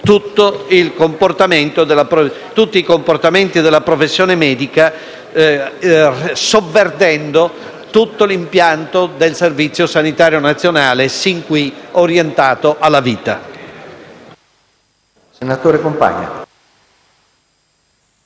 tutti i comportamenti della professione medica e sovvertendo tutto l'impianto del servizio sanitario nazionale, sin qui orientato alla vita.